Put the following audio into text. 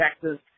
Texas